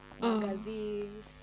magazines